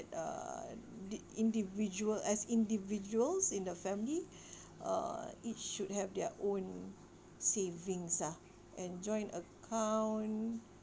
uh the individual as individuals in the family uh it should have their own savings ah and joint account